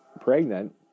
pregnant